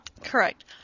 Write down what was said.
Correct